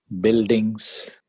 buildings